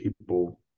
people